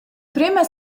prüma